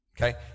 okay